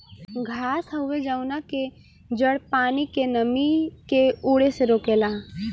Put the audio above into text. घास हवे जवना के जड़ पानी के नमी के उड़े से रोकेला